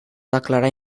declarar